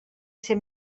ser